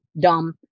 dumb